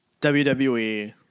WWE